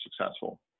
successful